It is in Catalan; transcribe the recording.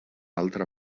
altra